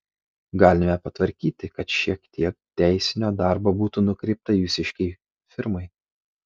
galime patvarkyti kad šiek tiek teisinio darbo būtų nukreipta jūsiškei firmai